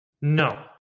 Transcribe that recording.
No